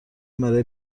برای